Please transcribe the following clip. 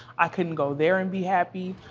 i couldn't go there and be happy.